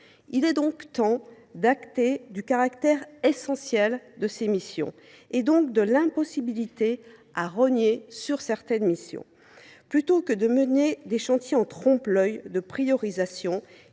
Il est donc temps d’acter le caractère essentiel de ces missions, donc l’impossibilité de rogner sur certaines d’entre elles. Plutôt que de mener des chantiers en trompe l’œil de priorisation,